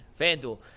FanDuel